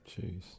Jeez